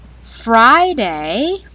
Friday